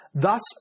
Thus